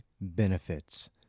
benefits